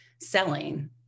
selling